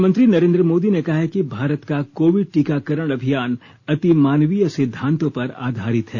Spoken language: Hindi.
प्रधानमंत्री नरेन्द्र मोदी ने कहा है कि भारत का कोविड टीकाकरण अभियान अति मानवीय सिद्धांतों पर आधारित है